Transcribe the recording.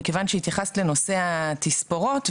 יצא מאמר שנקרא "המס הוורוד".